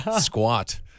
squat